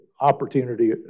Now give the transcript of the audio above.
opportunity